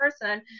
person